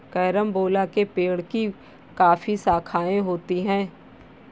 carambola के पेड़ की काफी शाखाएं होती है